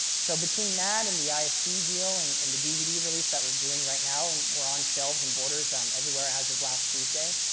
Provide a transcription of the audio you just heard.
so between that and the ifc deal, and and the dvd release that we're doing right now and we're on shelves in borders um everywhere as of last tuesday.